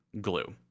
glue